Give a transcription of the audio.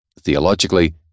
Theologically